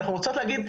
אנחנו רוצות להגיד,